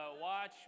watch